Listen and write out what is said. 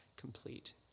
complete